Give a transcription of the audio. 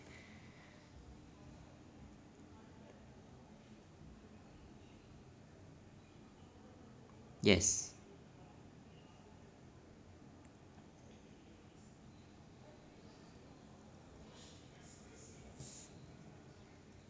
yes